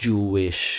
Jewish